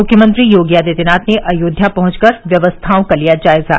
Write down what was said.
मुख्यमंत्री योगी आदित्यनाथ ने अयोध्या पहुंच कर व्यवस्थाओं का लिया जायजा